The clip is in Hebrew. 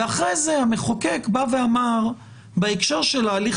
ואחרי זה המחוקק בא ואמר שבהקשר של ההליך